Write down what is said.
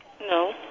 No